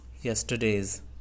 yesterday's